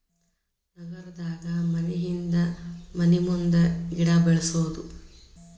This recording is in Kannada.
ನಗರದಾಗ ಮನಿಹಿಂದ ಮನಿಮುಂದ ಗಿಡಾ ಬೆಳ್ಸುದು